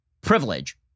privilege